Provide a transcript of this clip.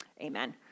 amen